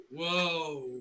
Whoa